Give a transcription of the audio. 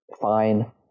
fine